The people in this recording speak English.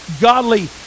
godly